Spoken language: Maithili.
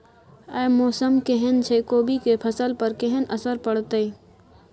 आय मौसम केहन छै कोबी के फसल पर केहन असर परतै?